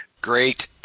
Great